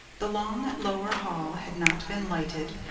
the long lower hall had not been lighted,